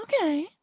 Okay